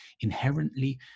inherently